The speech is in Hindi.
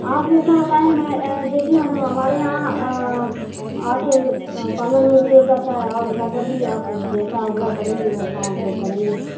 आप जैसा बताए मैं देखिए मैडम हमारे यहाँ आकर पार्लर में भी हो जाता है और घर पर भी आप जैसा आग्रह करेंगे वैसा हम लोग करेंगे